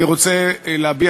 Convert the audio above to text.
אני רוצה להביע,